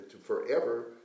forever